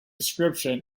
description